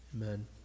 Amen